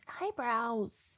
Eyebrows